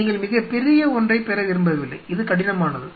நீங்கள் மிகப் பெரிய ஒன்றைப் பெற விரும்பவில்லை இது கடினமானது